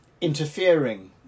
interfering